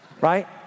right